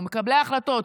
מקבלי ההחלטות,